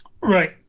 right